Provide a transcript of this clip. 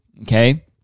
okay